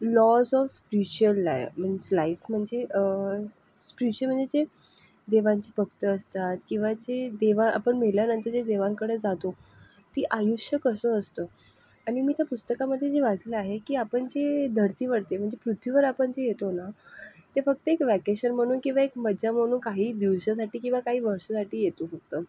loss of spiritual life means life म्हणजे spiritual म्हणजे जे देवांचे भक्त असतात किंवा जे देवा आपण मेल्यानंतर जे देवांकडे जातो ती आयुष्य कसं असतं आणि मी ते पुस्तकामध्ये जे वाचलं आहे की आपण जे धरतीवरती म्हणजे पृथ्वीवर आपण जे येतो ना ते फक्त एक वॅकेशन म्हणून किंवा एक मज्जा म्हणून काही दिवसासाठी किंवा काही वर्षासाठी येतो फक्त